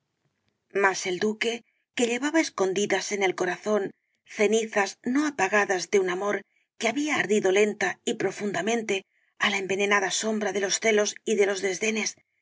mas el duque que llevaba escondidas en el corazón cenizas no apagadas de un amor que había ardido lenta y profundamente á la envenenada sombra de los celos y de los desdenes